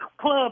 club